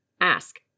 Ask